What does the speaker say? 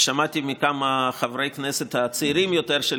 שמעתי מכמה מחברי הכנסת הצעירים יותר של